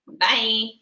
Bye